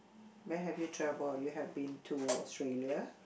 where have you travel you have been to Australia